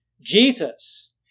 Jesus